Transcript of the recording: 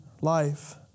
life